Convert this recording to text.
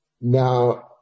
Now